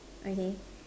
okay